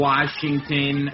Washington